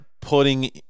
putting